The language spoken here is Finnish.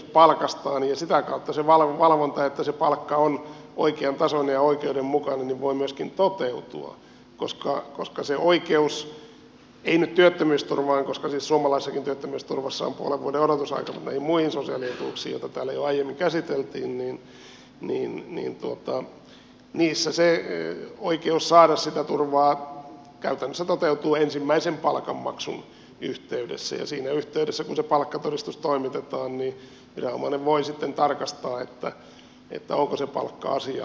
sitä kautta se valvonta että se palkka on oikeantasoinen ja oikeudenmukainen voi myöskin toteutua koska se oikeus ei nyt työttömyysturvaan koska siis suomalaisessakin työttömyysturvassa on puolen vuoden odotusaika mutta näihin muihin sosiaalietuuksiin joita täällä jo aiemmin käsiteltiin saada sitä turvaa käytännössä toteutuu ensimmäisen palkanmaksun yhteydessä ja siinä yhteydessä kun se palkkatodistus toimitetaan viranomainen voi sitten tarkastaa onko se palkka asiallinen